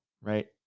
right